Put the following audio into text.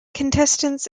contestants